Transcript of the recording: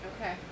Okay